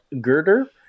girder